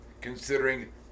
Considering